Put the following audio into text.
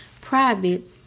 private